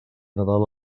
nadal